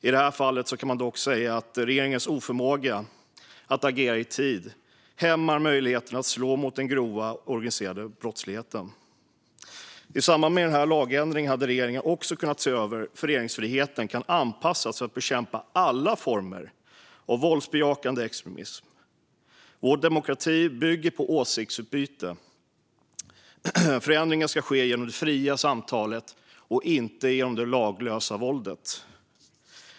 I det här fallet kan man dock säga att regeringens oförmåga att agera i tid hämmar möjligheten att slå mot den grova organiserade brottsligheten. I samband med den här lagändringen hade regeringen också kunnat se över hur föreningsfriheten kan anpassas för att bekämpa alla former av våldsbejakande extremism. Vår demokrati bygger på åsiktsutbyte. Förändringar ska ske genom det fria samtalet, inte genom det laglösa våldet.